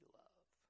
love